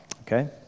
okay